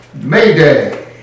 Mayday